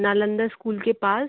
Nalanda school के पास